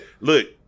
look